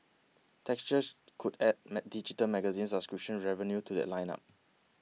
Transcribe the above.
textures could add digital magazine subscription revenue to that lineup